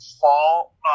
fall